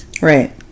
Right